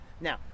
now